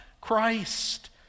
Christ